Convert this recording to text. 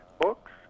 books